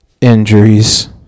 injuries